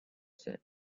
set